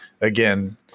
again